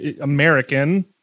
American